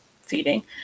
feeding